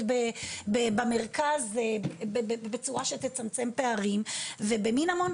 במרכז בצורה שתצמצם פערים מן המון.